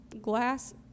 glass